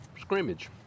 scrimmage